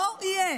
לא יהיה.